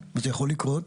וזה יכול להיות.